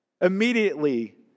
Immediately